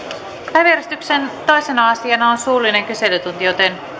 päiväjärjestyksen toisena asiana on suullinen kyselytunti